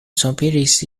sopiris